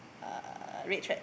uh red thread